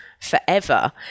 forever